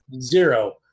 zero